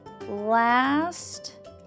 Last